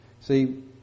See